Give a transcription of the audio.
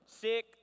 Sick